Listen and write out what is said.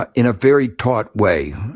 ah in a very taut way.